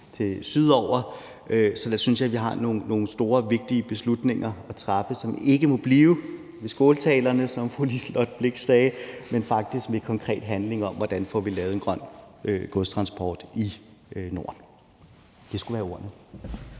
ned sydover. Så der synes jeg vi har nogle store og vigtige beslutninger at træffe, som ikke må blive ved skåltalerne, som fru Liselott Blixt sagde, men faktisk skal føre til konkret handling, i forhold til hvordan vi får lavet en grøn godstransport i Norden. Det skulle være ordene.